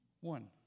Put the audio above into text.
One